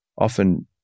often